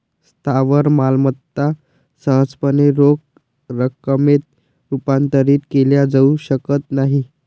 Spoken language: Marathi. स्थावर मालमत्ता सहजपणे रोख रकमेत रूपांतरित केल्या जाऊ शकत नाहीत